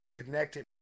connected